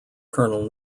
colonel